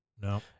No